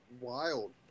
wild